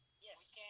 Yes